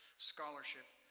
scholarship,